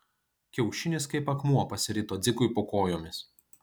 kiaušinis kaip akmuo pasirito dzikui po kojomis